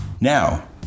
Now